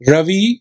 Ravi